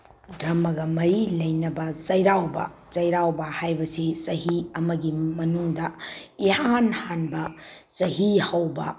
ꯗꯔꯃꯒ ꯃꯔꯤ ꯂꯩꯅꯕ ꯆꯩꯔꯥꯎꯕ ꯆꯩꯔꯥꯎꯕ ꯍꯥꯏꯕꯁꯤ ꯆꯍꯤ ꯑꯃꯒꯤ ꯃꯅꯨꯡꯗ ꯏꯍꯥꯟ ꯍꯥꯟꯕ ꯆꯍꯤ ꯍꯧꯕ